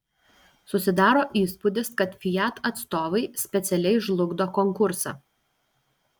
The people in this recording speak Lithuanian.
susidaro įspūdis kad fiat atstovai specialiai žlugdo konkursą